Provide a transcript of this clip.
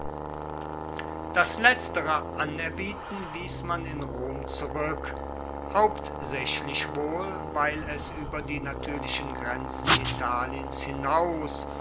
das letztere anerbieten wies man in rom zurueck hauptsaechlich wohl weil es ueber die natuerlichen grenzen italiens hinaus